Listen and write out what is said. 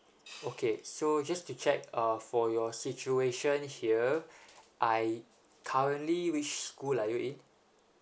okay so just to check uh for your situation here I currently which school are you in